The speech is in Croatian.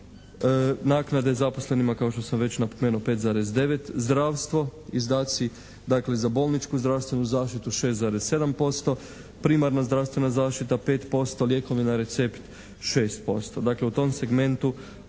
naknade zaposlenima kao što sam već napomenuo 5,9, zdravstvo izdaci dakle za bolničku zdravstvenu zaštitu 6,7%, primarna zdravstvena zaštita 5%, lijekovi na recept 6%. Dakle u tom segmentu